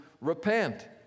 repent